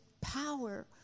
power